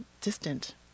distant